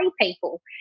people